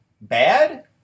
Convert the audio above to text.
bad